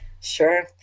Sure